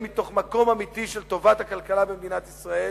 ממקום אמיתי של טובת הכלכלה במדינת ישראל.